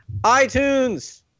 iTunes